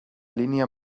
línia